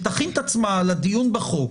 שתכין את עצמה לדיון בחוק.